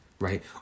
right